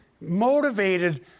motivated